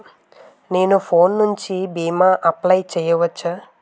నేను ఫోన్ నుండి భీమా అప్లయ్ చేయవచ్చా?